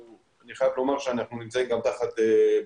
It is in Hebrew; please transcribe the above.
אני חייב לומר שאנחנו נמצאים גם תחת בג"צ